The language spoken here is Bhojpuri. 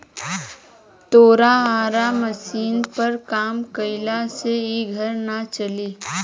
तोरा आरा मशीनी पर काम कईला से इ घर ना चली